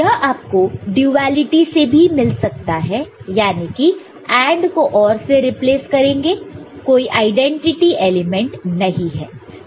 यह आपको ड्यूएलिटी से भी मिल सकता है याने की AND को OR से रिप्लेस करेंगे कोई आईडेंटिटी एलिमेंट नहीं है